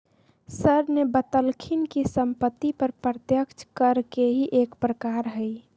sir ने बतल खिन कि सम्पत्ति कर प्रत्यक्ष कर के ही एक प्रकार हई